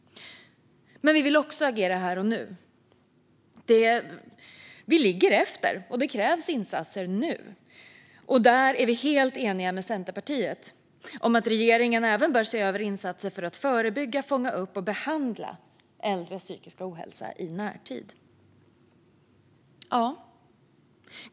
Men vi vill också agera här och nu. Vi ligger efter, och det krävs insatser nu. Här är vi helt eniga med Centerpartiet om att regeringen även bör se över insatser för att förebygga, fånga upp och behandla äldres psykiska ohälsa i närtid.